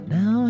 Now